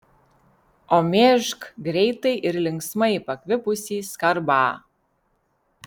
o mėžk greitai ir linksmai pakvipusį skarbą